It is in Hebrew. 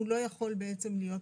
הוא לא יכול להיות מתרגם.